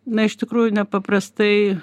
na iš tikrųjų nepaprastai